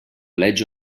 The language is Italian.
legge